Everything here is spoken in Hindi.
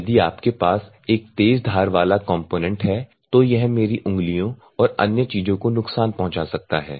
यदि आपके पास एक तेज धार वाला कंपोनेंट है तो यह मेरी उंगलियों और अन्य चीजों को नुकसान पहुंचा सकता है